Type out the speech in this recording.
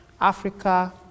Africa